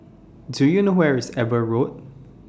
Do YOU know Where IS Eber Road